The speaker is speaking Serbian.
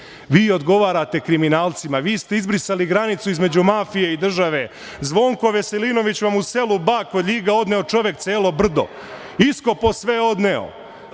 Vi odgovarate kriminalcima. Vi ste izbrisali granicu između mafije i države. Zvonko Veselinović vam u selu Ba kod Ljiga odneo celo brdo. Iskopao i sve odneo.